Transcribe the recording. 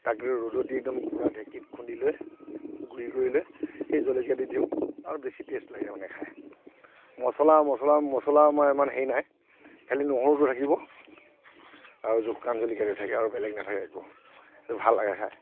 তাক ৰ'দত দি একদম পূৰা ঢেঁকীত খুন্দি লৈ গুড়ি কৰি লৈ সেই জলকীয়াতো দিওঁ আৰু বেছি টেষ্ট লাগে মানে খাই মচলা আৰু মচলা মচলা আমাৰ ইমান হেৰি নাই খালী নহৰুটো থাকিব আৰু শুকান জলকীয়াটো থাকে আৰু বেলেগ নাথাকে একো সেইটো ভাল লাগে খায়